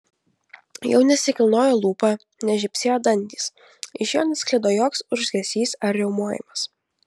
jau nesikilnojo lūpa nežybsėjo dantys iš jo nesklido joks urzgesys ar riaumojimas